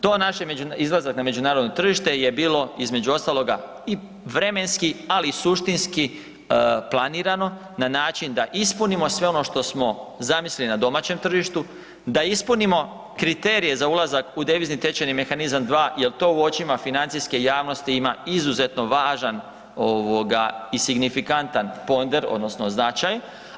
To naše, izlazak na međunarodno tržište je bilo između ostaloga i vremenski, ali i suštinski planirano na način da ispunimo sve ono što smo zamislili na domaćem tržištu, da ispunimo kriterije za ulazak u devizni tečajni mehanizam 2 jel to u očima financijske javnosti ima izuzetno važan ovoga i signifikantan ponder odnosno značaj.